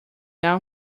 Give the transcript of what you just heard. now